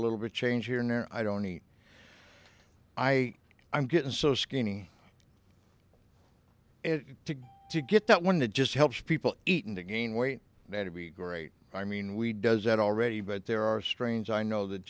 little bit change here and there i don't eat i i'm getting so skinny it to get that one that just helps people eat and to gain weight that'd be great i mean we does that already but there are strains i know that